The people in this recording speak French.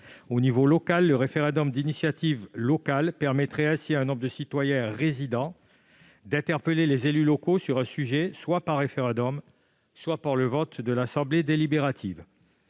au niveau local. Le référendum d'initiative locale permettrait ainsi à un nombre de citoyens résidents d'interpeller les élus locaux soit par référendum, soit par le vote de l'assemblée délibérative.